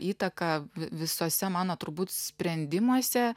įtaką visuose mano turbūt sprendimuose